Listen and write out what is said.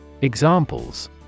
Examples